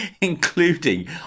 Including